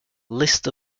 list